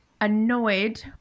annoyed